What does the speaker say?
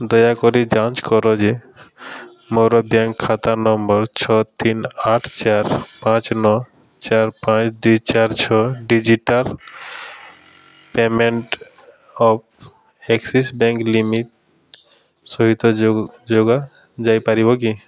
ଦୟାକରି ଯାଞ୍ଚ କର ଯେ ମୋର ବ୍ୟାଙ୍କ୍ ଖାତା ନମ୍ବର ଛଅ ତିନି ଆଠ ଚାରି ପାଞ୍ଚ ନଅ ଚାରି ପାଞ୍ଚ ଦୁଇ ଚାରି ଛଅ digital payment of Axis bank limit ସହିତ ଯୋଗା ଯାଇପାରିବ କି